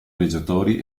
viaggiatori